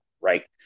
right